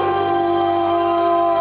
oh